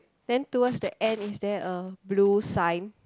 then towards the end is there a blue sign